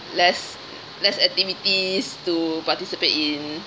less less activities to participate in